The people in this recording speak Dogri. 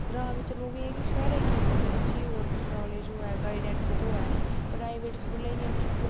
ग्रां बिच्च लोग एह् ऐ कि शैह्रें की जंदे बच्चे ई होर किश नालेज होऐ गाइडैंस थ्होऐ ऐनी प्राइवेट स्कूलें इ'यां इक इक